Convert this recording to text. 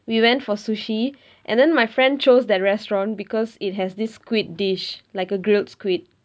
we went for sushi and then my friend chose that restaurant because it has this squid dish like a grilled squid